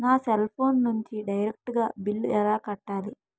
నా cell phone నుంచి direct గా బిల్లు ఎలా కట్టాలి?